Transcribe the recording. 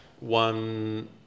One